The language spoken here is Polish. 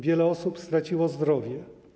Wiele osób straciło zdrowie.